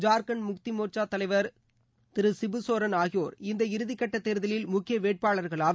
ஜார்க்கண்ட் முக்தி மோர்ச்சா தலைவர் திருசிபுசோரன் ஆகியோர் இந்த இறுதிக்கட்ட தேர்தலில் முக்கிய வேட்பாளர்கள் ஆவர்